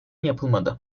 yapılmadı